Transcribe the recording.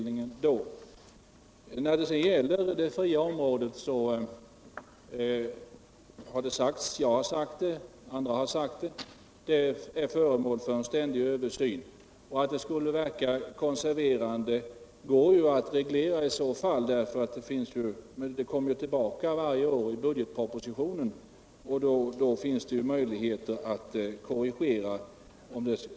När det gäller det fria området har både jag och andra sagt att det ständigt är föremål för översyn. Skulle det verka konserverande som Lars Gustafsson misstänker kan man reglera förhållandet, eftersom frågan kommer tillbaka varje år vid arbetet med budgetpropositionen.